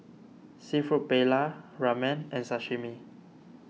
Seafood Paella Ramen and Sashimi